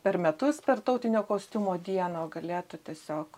per metus per tautinio kostiumo dieną galėtų tiesiog